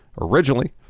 Originally